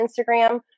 Instagram